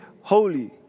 holy